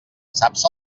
saps